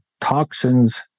toxins